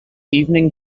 evening